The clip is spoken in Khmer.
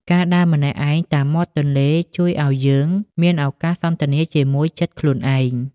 ការដើរម្នាក់ឯងតាមមាត់ទន្លេ ជួយឱ្យយើងមានឱកាសសន្ទនាជាមួយចិត្តខ្លួនឯង។